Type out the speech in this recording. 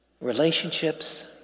relationships